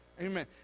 Amen